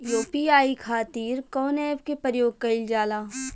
UPI खातीर कवन ऐपके प्रयोग कइलजाला?